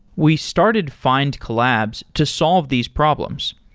we started findcollabs to solve these problems.